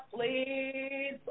please